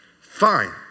Fine